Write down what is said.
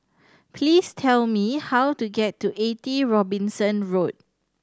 please tell me how to get to Eighty Robinson Road